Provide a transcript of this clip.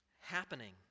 happening